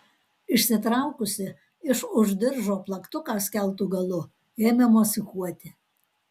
išsitraukusi iš už diržo plaktuką skeltu galu ėmė mosikuoti